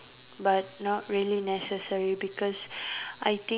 but not really necessary because I think